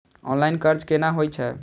Online कर्ज केना होई छै?